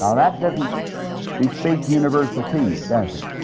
ah that doesn't bespeak universal peace, does